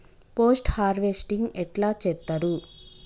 Post harvesting ఎట్ల చేత్తరు?